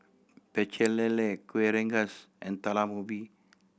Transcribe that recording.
Pecel Lele Kueh Rengas and Talam Ubi